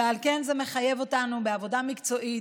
ועל כן זה מחייב אותנו בעבודה מקצועית,